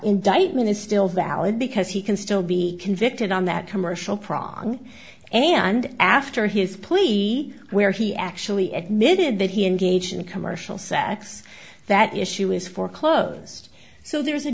indictment is still valid because he can still be convicted on that commercial prong and after his plea where he actually admitted that he engaged in commercial sex that issue is foreclosed so there is a